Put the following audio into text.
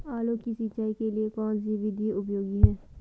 आलू की सिंचाई के लिए कौन सी विधि उपयोगी है?